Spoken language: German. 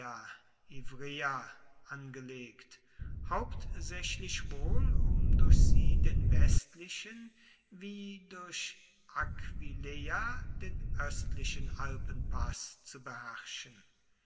angelegt hauptsächlich wohl um durch sie den westlichen wie durch aquileia den östlichen alpenpaß zu beherrschen